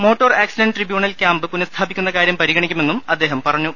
motor accident tribunal camp പുനസ്ഥാപിക്കുന്ന കാര്യം പരിഗണിക്കുമെന്നും അദ്ദേഹം പറഞ്ഞു